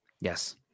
Yes